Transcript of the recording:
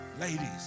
Ladies